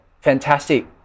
fantastic